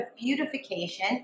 Beautification